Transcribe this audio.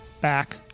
back